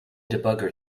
debugger